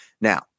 Now